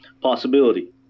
Possibility